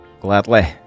Gladly